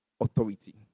authority